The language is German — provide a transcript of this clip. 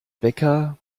bäcker